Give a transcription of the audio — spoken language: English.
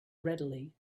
readily